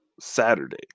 Saturday